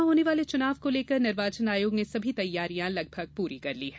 यहां होने वाले चुनाव को लेकर निर्वाचन आयोग ने सभी तैयारियां लगभग पूरी कर ली है